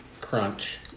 Crunch